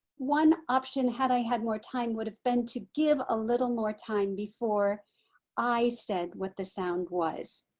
one option had i had more time would have been to give a little more time before i said what the sound was.